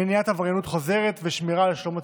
מניעת עבריינות חוזרת ושמירה של שלום הציבור.